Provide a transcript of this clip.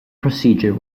procedure